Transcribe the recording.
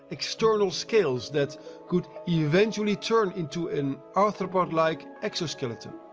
external scales that could eventually turn into an arthropod-like exoskeleton.